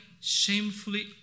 shamefully